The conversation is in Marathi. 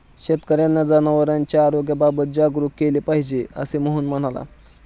शेतकर्यांना जनावरांच्या आरोग्याबाबत जागरूक केले पाहिजे, असे मोहन म्हणाला